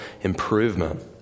improvement